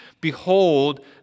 behold